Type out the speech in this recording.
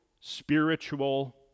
spiritual